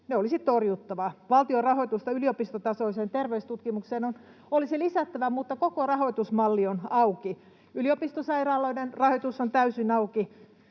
Ne olisi torjuttava. Valtion rahoitusta yliopistotasoiseen terveystutkimukseen olisi lisättävä, mutta koko rahoitusmalli on auki. Yliopistosairaaloiden rahoitus on täysin auki.